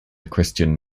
christian